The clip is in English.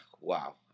wow